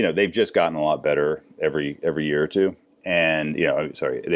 yeah they've just gotten a lot better every every year or two. and yeah sorry.